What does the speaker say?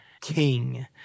king